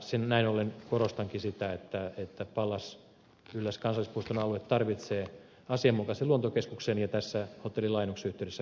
näin ollen korostankin sitä että pallas yllästunturin kansallispuiston alue tarvitsee asianmukaisen luontokeskuksen joka tässä hotellin laajennuksen yhteydessä pitäisi toteuttaa